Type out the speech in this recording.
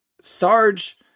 sarge